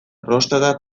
prostata